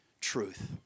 truth